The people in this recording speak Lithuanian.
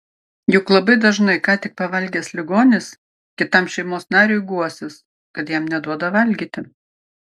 juk labai dažnai ką tik pavalgęs ligonis kitam šeimos nariui guosis kad jam neduoda valgyti